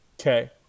Okay